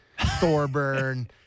thorburn